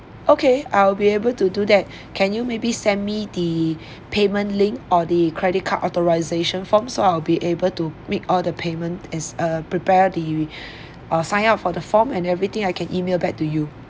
okay I'll be able to do that can you maybe sent me the payment link or the credit card authorisation form so I'll be able to make all the payment is uh prepare the or sign up for the form and everything I can email back to you